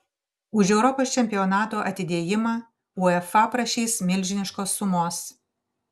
už europos čempionato atidėjimą uefa prašys milžiniškos sumos